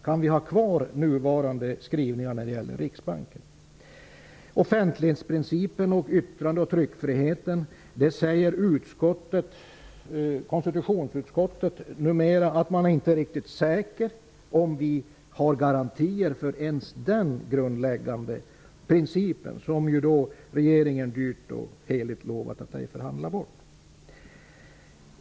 Kan vi ha kvar nuvarande skrivningar när det gäller Riksbanken? Om offentlighetsprincipen samt yttrande och tryckfriheten säger konstitutionsutskottet numera att man inte är riktigt säker att vi har garantier för ens dessa grundläggande principer, som regeringen dyrt och heligt lovat att ej förhandla bort.